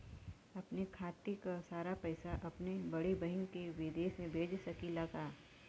अपने खाते क सारा पैसा अपने बड़ी बहिन के विदेश भेज सकीला का?